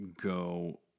go